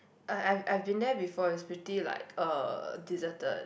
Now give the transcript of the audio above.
I I I've been there before it's pretty like uh deserted